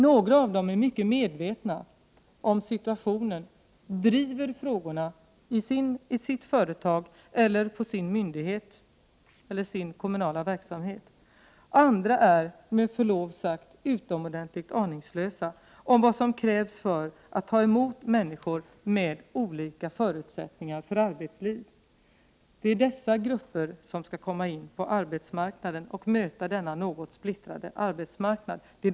Några av dem är väl medvetna om situationen, driver frågorna i sina företag, på sina myndigheter eller sin kommunala verksamhet. Andra är med förlov sagt utomordentligt aningslösa om vad som krävs för att ta emot människor med olika förutsättningar för arbetsliv. De som skall in på arbetsmarknaden får alltså möta denna något splittrade arbetsmarknad.